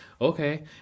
Okay